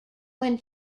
when